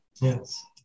Yes